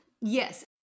yes